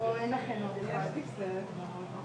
ובאמת אנחנו,